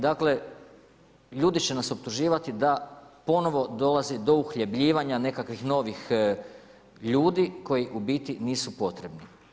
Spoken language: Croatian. Dakle, ljudi će nas optuživati da ponovo dolazi do uhljebljivanja nekakvih novih ljudi koji u biti nisu potrebni.